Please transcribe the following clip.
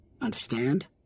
Understand